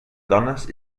dones